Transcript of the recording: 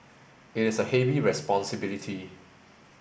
it is a heavy responsibility